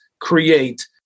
create